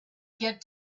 get